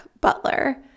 Butler